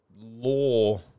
law